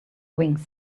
wings